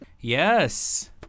Yes